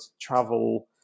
travel